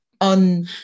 on